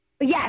Yes